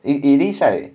it it is right